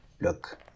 look